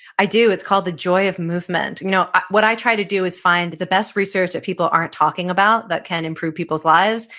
i do. it's called the joy of movement. you know what i try to do is find the best research that people aren't talking about that can improve people's lives.